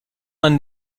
man